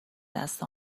دست